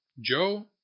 Joe